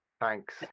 Thanks